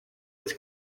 its